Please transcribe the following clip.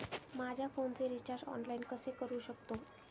माझ्या फोनचे recharge online कसे करू शकतो?